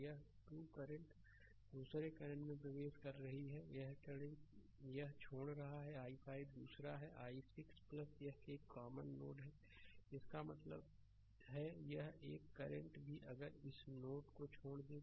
यह 2 करंट दूसरे करंट में प्रवेश कर रहा है एक छोड़ रहा है i5 दूसरा है i6 यह एक कॉमन नोड है इसका मतलब है एक और करंट भी अगर इस नोड को छोड़ दें